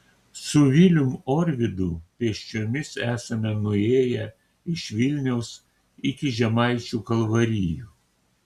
su vilium orvidu pėsčiomis esame nuėję iš vilniaus iki žemaičių kalvarijų